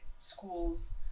schools